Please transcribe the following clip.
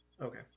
Okay